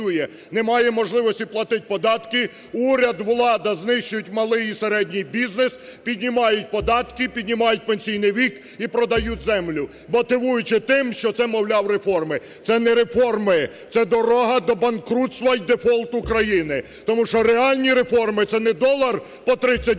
не має можливості платити податки, уряд, влада знищують малий і середній бізнес, піднімають податки, піднімають пенсійний вік і продають землю, мотивуючи тим, що це, мовляв, реформи. Це не реформи, це дорога до банкрутства і дефолт України, тому що реальні реформи – це не долар по 30 гривень